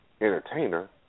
entertainer